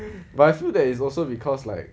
but I feel that it's also because like